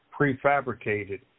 prefabricated